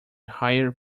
hire